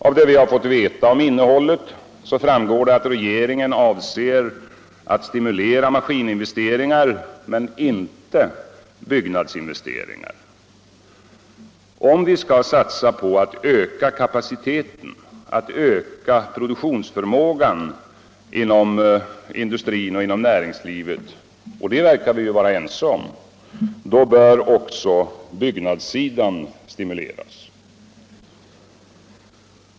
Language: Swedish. Av det vi fått veta om innehållet framgår att regeringen avser att stimulera maskininvesteringar men inte byggnadsinvesteringar. Om vi skall satsa på att öka kapaciteten, dvs. produktionsförmågan inom industrin och inom näringslivet — och det verkar vi vara ense om — så bör också den sidan stimuleras.